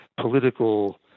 political